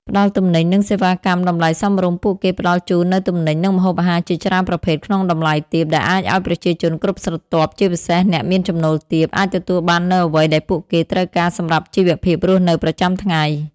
ផ្តល់ទំនិញ និងសេវាកម្មតម្លៃសមរម្យពួកគេផ្តល់ជូននូវទំនិញ និងម្ហូបអាហារជាច្រើនប្រភេទក្នុងតម្លៃទាប ដែលអាចឱ្យប្រជាជនគ្រប់ស្រទាប់ ជាពិសេសអ្នកមានចំណូលទាប អាចទទួលបាននូវអ្វីដែលពួកគេត្រូវការសម្រាប់ជីវភាពរស់នៅប្រចាំថ្ងៃ ។